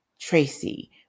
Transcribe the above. Tracy